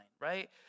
right